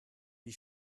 wie